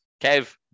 Kev